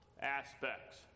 aspects